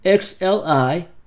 XLI